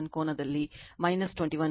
81 ಕೋನದಲ್ಲಿ 21